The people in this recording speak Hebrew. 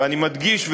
ואני מדגיש,